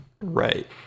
right